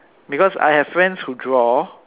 because I have friends who draw